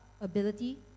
ability